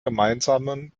gemeinsamen